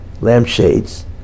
lampshades